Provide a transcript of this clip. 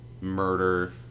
murder